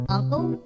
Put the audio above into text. Uncle